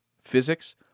physics